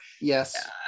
Yes